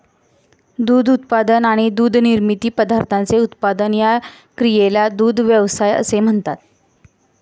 दूध उत्पादन आणि दुग्धनिर्मित पदार्थांचे उत्पादन या क्रियेला दुग्ध व्यवसाय असे म्हणतात